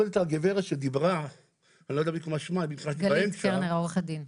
הגברת שדיברה --- עורכת הדין גלית קרנר.